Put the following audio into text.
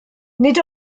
nid